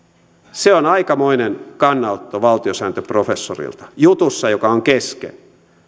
se on aikamoinen kannanotto valtiosääntöprofessorilta jutussa joka on kesken